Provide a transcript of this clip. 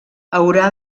haurà